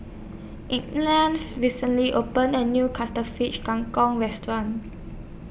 recently opened A New Fish Kang Kong Restaurant